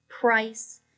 price